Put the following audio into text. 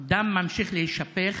הדם ממשיך להישפך,